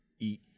eat